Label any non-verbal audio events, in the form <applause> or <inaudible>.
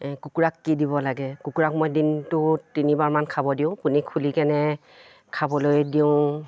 কুকুৰাক কি দিব লাগে কুকুৰাক মই দিনটো তিনিবাৰমান খাব দিওঁ <unintelligible> খুলি কেনে খাবলৈ দিওঁ